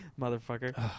Motherfucker